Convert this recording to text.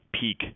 peak